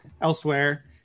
elsewhere